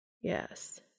Yes